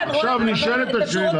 עכשיו נשאלת השאלה